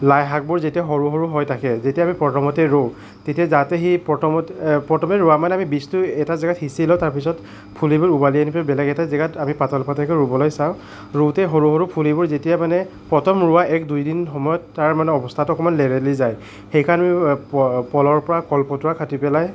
লাই শাকবোৰ যেতিয়া সৰু সৰু হৈ থাকে যেতিয়া আমি প্ৰথমতে ৰুওঁ তেতিয়া যাওঁতে সি প্ৰথমতে প্ৰথমে ৰোৱা আমি মানে সময়ত বীজটো এটা জেগাত সিচি লওঁ তাৰ পিছত পুলিবোৰ উভালি আনি পেলাই বেলেগ এটা জেগাত আমি পাতল পাতলকে ৰুবলৈ চাওঁ ৰুওঁতে সৰু সৰু সৰু পুলিবোৰ যেতিয়া মানে প্ৰথম ৰোৱা এক দুই দিন সময়ত তাৰ মানে অৱস্থাটো অকণমান লেৰেলি যায় সেইকাৰণে কলৰ পৰা কল পটুৱা কাটি পেলায়